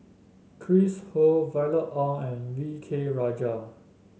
Chris Ho Violet Oon and V K Rajah